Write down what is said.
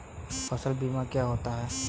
फसल बीमा क्या होता है?